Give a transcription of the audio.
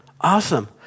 Awesome